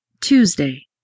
Tuesday